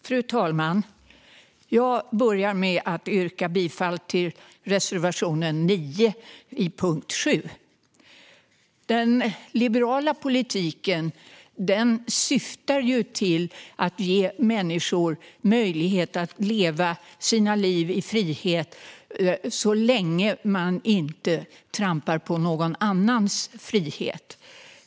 Fru talman! Jag börjar med att yrka bifall till reservation 9 under punkt 7. Den liberala politiken syftar till att ge människor möjlighet att leva sina liv i frihet så länge man inte trampar på någon annans frihet.